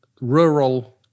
rural